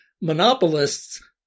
monopolists